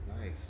Nice